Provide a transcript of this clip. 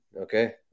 Okay